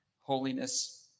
holiness